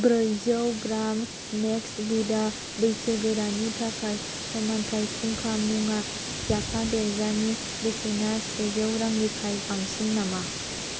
ब्रैजौ ग्राम मेक्स भिदा बैसोगोरानि थाखाय समानथाइ फुंखा मुङा जाफा देरग्रानि बेसेना सेजौ रांनिफ्राय बांसिन नामा